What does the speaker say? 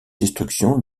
destructions